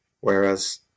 whereas